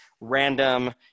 random